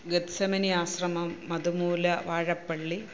Gethsemane ആശ്രമം മധുമൂല വാഴപ്പള്ളി